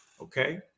okay